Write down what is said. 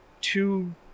Two